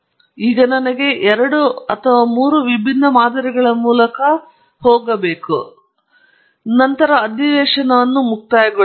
ಈಗ ನನಗೆ ಎರಡು ಅಥವಾ ಮೂರು ವಿಭಿನ್ನ ಮಾದರಿಗಳ ಮೂಲಕ ಹೋಗೋಣ ಮತ್ತು ನಂತರ ಅಧಿವೇಶನವನ್ನು ಮುಕ್ತಾಯಗೊಳಿಸೋಣ